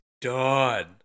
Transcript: done